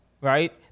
right